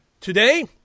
Today